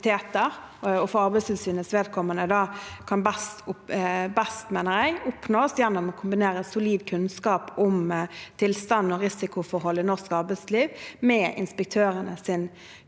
for Arbeidstilsynets vedkommende best oppnås gjennom å kombinere solid kunnskap om tilstand og risikoforhold i norsk arbeidsliv med inspektørenes kunnskap